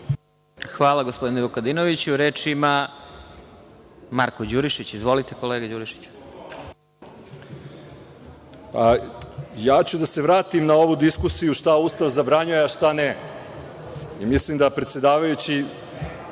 Hvala, gospodine Vukadinoviću. Reč ima Marko Đurišić. Izvolite. **Marko Đurišić** Ja ću da se vratim na ovu diskusiju šta Ustav zabranjuje, a šta ne. Mislim da predsedavajući